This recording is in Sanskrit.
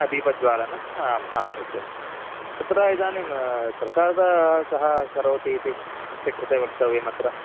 दीपज्वालनंम् आम् आम् सत्यं तत्र इदानीं प्रसादः कः करोति इति अस्य कृते वक्तव्यम् अत्र